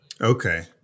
Okay